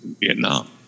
Vietnam